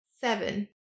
seven